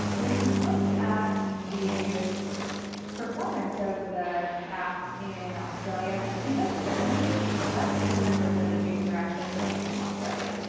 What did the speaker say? when he looked at the performance of the app in australia, he noticed that only less than ten percent of his users are actually coming from australia,